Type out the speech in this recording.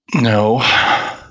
No